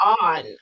on